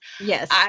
Yes